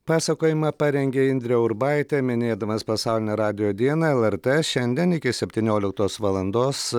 pasakojimą parengė indrė urbaitė minėdamas pasaulinę radijo dieną lrt šiandien iki septynioliktos valandos